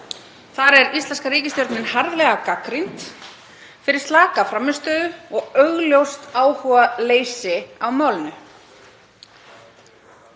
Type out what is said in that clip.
Þar er íslenska ríkisstjórnin harðlega gagnrýnd fyrir slaka frammistöðu og augljóst áhugaleysi á málinu.